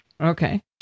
Okay